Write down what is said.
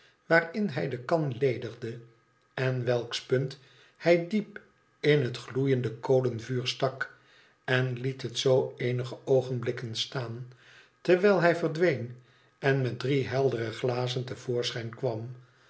waarin hij de kan ledigde en welks punt hij diep in het gloeiende kolenvuur stak en liet het zoo eenige oogenblikken staan terwijl hij verdween en mst drie heldere glaen te voorschijn kwam